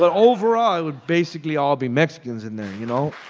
but overall, it would basically all be mexicans in there, you know